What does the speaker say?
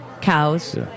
cows